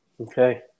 Okay